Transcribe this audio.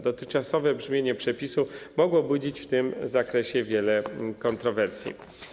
Dotychczasowe brzmienie przepisu mogło budzić w tym zakresie wiele kontrowersji.